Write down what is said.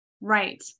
Right